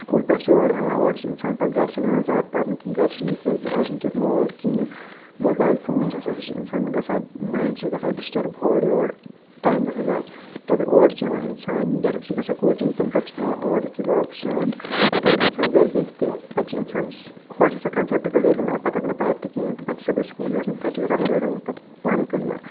school پؠٹھ چھُ اورٕ یِوان اورٕ چھ اِنسان پَتہٕ گرِ چھُنہٕ یِوان زیادٕ پَرنہٕ کینٛہہ گرِ چھنہٕ تِکیازِ آز چھُنہٕ تِیُتھ ماحول کہیٖنۍ موبایل فون چھُ آسان سُہ چھُ انسان گژھان ماینڈ چھُ گژھان ڈِسٹٲرب ہور یور ٹایم گژھان ضایعہ اور چھ یِوان اِنسان ڈارؠکٹ چھِ گژھان کوچِنگ تمہِ پَتہٕ چھ پٮ۪وان اورٕ یِتھُے واپَس یِوان پَتہٕ اَگر اِنسان گرِ بیٚہہ تہِ پَتہٕ چھُ اِنسانس ہورٕ چھِ آسان کَنسؠپٹ کلیر گٔمٕتۍ پَتہٕ اَگر نہٕ پَرِ تہِ کہیٖنۍ پَتہٕ چھُ صُبحٲے بیٚیہِ سکوٗل گَژھُن تَتہِ چھ گَژھان واریاہ ڈاوُٹ پتہٕ پانَے کلیر